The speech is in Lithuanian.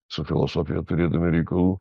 su filosofija turėdami reikalų